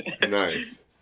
Nice